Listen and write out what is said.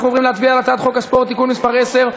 אנחנו עוברים להצביע על הצעת חוק הספורט (תיקון מס' 10),